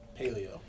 Paleo